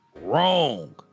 wrong